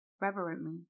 reverently